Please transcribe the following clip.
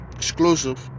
exclusive